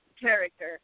character